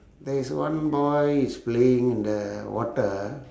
there is one boy is playing in the water